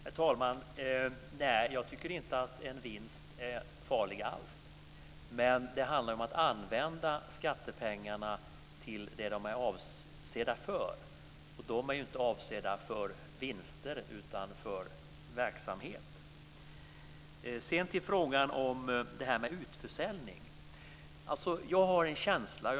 Herr talman! Nej, jag tycker inte att en vinst är farlig alls. Men det handlar om att använda skattepengarna till det som de är avsedda för, och de är ju inte avsedda för vinster utan för verksamhet. Sedan ska jag gå över till frågan om utförsäljning.